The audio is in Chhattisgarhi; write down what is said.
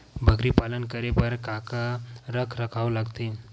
बकरी पालन करे बर काका रख रखाव लगथे?